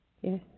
yes